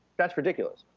that's ridiculous,